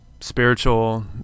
spiritual